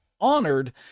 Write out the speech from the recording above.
honored